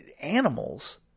animals